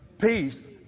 peace